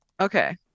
Okay